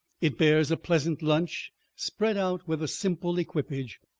it bears a pleasant lunch spread out with a simple equipage.